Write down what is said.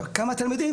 כמה תלמידים?